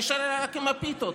נישאר רק עם הפיתות.